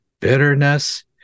bitterness